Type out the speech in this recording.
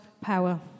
power